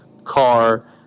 car